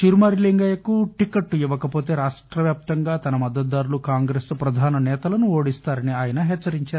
చిరుమర్తి లింగయ్యకు టిక్కెట్ ఇవ్వకపోతే రాష్టవ్యాప్తంగా తమ మద్దతుదారులు కాంగ్రెస్ ప్రధాన సేతలను ఓడిస్తామని ఆయన హెచ్చరించారు